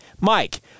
Mike